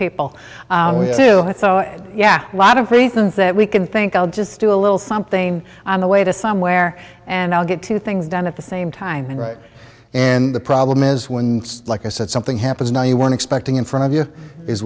people who have thought yeah a lot of things that we can think i'll just do a little something on the way to somewhere and i'll get two things done at the same time and write and the problem is when like i said something happens now you weren't expecting in front of you is